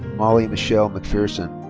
molli michelle mcpherson.